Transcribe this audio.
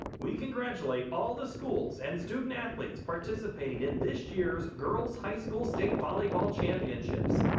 we congratulate all the schools and student athletes participating in this year's girls high school state volleyball championships.